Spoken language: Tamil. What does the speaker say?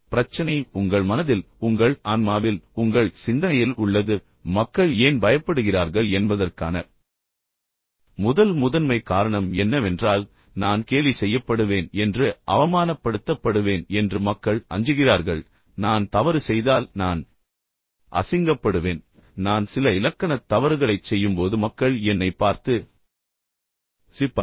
பிரச்சனை உங்கள் மனதில் உங்கள் ஆன்மாவில் உங்கள் சிந்தனையில் உள்ளது எனவே மக்கள் ஏன் பயப்படுகிறார்கள் என்பதற்கான முதல் முதன்மைக் காரணம் என்னவென்றால் நான் கேலி செய்யப்படுவேன் என்று அவமானப்படுத்தப்படுவேன் என்று மக்கள் அஞ்சுகிறார்கள் நான் தவறு செய்தால் நான் அசிங்கப்படுவேன் நான் சில இலக்கணத் தவறுகளைச் செய்யும்போது மக்கள் என்னைப் பார்த்து சிரிப்பார்கள்